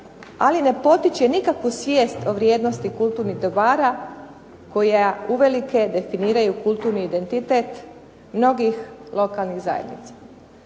ali ne potiče nikakvu svijest o vrijednosti kulturnih dobara koja uvelike definiraju kulturni identitet mnogih lokalnih zajednica.